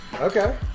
Okay